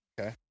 Okay